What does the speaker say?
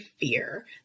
fear